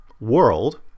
world